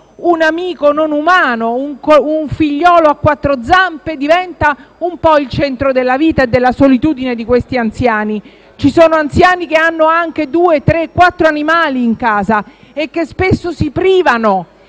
un amico non umano, un figliolo a quattro zampe, diventa il centro della vita e della solitudine di questi anziani. Ci sono anziani che hanno anche due, tre o quattro animali in casa e che spesso si privano,